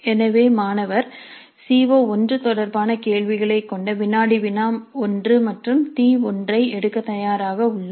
எனவே மாணவர் C O one தொடர்பான கேள்விகளைக் கொண்ட வினாடி வினா 1 மற்றும் T1 ஐ எடுக்க தயாராக உள்ளார்